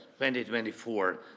2024